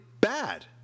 bad